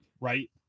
right